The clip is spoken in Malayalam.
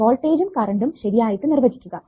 വോൾടേജ്ജും കറണ്ടും ശെരിയായിട്ട് നിർവചിക്കുക